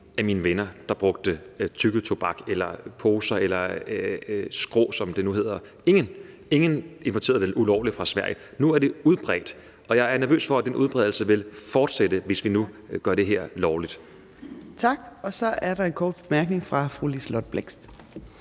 af mine venner, der brugte tyggetobak eller poser eller skrå, som det nu hedder – ingen. Ingen importerede det ulovligt fra Sverige. Nu er det udbredt, og jeg er nervøs for, at den udbredelse vil fortsætte, hvis vi nu gør det her lovligt. Kl. 15:15 Fjerde næstformand (Trine Torp): Tak.